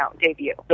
debut